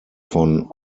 von